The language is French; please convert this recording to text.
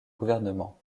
gouvernement